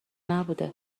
نبوده